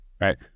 right